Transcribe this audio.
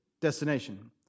destination